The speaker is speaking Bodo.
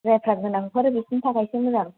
जायफ्रा गोनांफोर बिसिनि थाखायसो मोजां